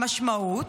המשמעות: